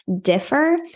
differ